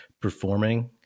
performing